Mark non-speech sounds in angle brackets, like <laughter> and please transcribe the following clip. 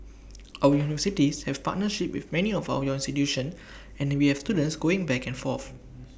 our <unintelligible> have partnership with many of out your institutions and we have students going back and forth